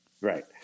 Right